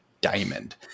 diamond